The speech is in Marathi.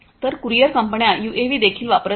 तर कुरिअर कंपन्या यूएव्ही देखील वापरत आहेत